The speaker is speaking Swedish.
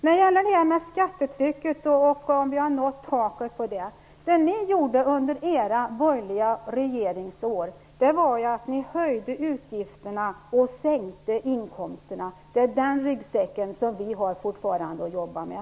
När det gäller det här med skattetrycket, att vi hade nått taket osv. höjde ni under de borgerliga regeringsåren utgifterna och sänkte inkomsterna. Det är den ryggsäcken som vi fortfarande har att jobba med.